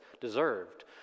deserved